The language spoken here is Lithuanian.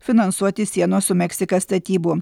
finansuoti sienos su meksika statybų